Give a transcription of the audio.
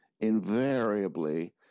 invariably